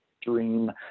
dream